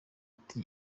ati